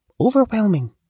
overwhelming